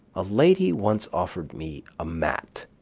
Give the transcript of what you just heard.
a lady once offered me a mat,